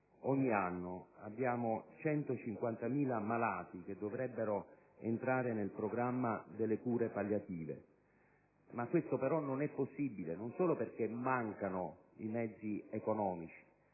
abbiamo infatti 150.000 malati che ogni anno dovrebbero entrare nel programma delle cure palliative. Questo però non è possibile non solo perché mancano i mezzi economici,